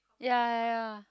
ya ya ya